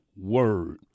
Word